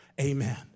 Amen